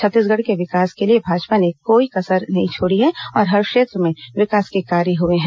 छत्तीसगढ़ के विकास के लिए भाजपा ने कोई कसर नहीं छोड़ी है और हर क्षेत्र में विकास के कार्य हुए हैं